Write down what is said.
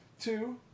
two